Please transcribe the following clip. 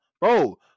bro